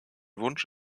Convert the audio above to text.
wunsch